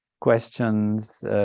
questions